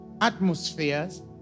atmospheres